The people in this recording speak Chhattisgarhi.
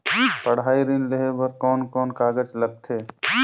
पढ़ाई ऋण लेहे बार कोन कोन कागज लगथे?